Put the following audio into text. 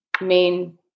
main